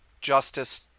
justice